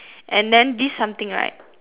and then this something right